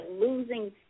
losing